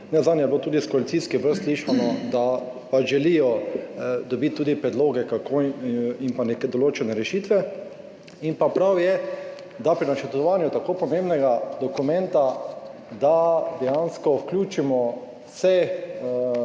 Nenazadnje je bilo tudi iz koalicijskih vrst slišati, da želijo dobiti tudi predloge in pa neke določene rešitve. Prav je, da pri načrtovanju tako pomembnega dokumenta dejansko vključimo vse